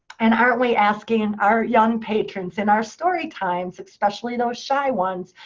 and aren't we asking our young patrons in our story times, especially those shy ones,